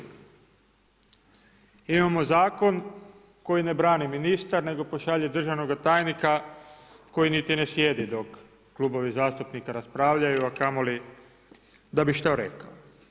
Imamo zakon koji ne brani ministar nego pošalje državnoga tajnika koji niti ne sjedi dok klubovi zastupnika raspravljaju, a kamoli da bi što rekao.